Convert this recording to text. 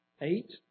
eight